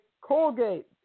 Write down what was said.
Colgate